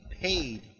paid